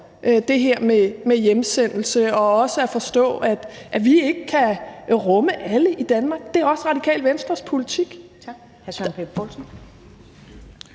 det her med hjemsendelse og også at forstå, at vi ikke kan rumme alle i Danmark. Det er også Radikale Venstres politik.